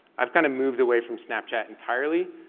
i've kind of moved away from snapchat entirely,